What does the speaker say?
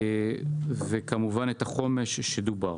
וכמובן את החומש שדובר.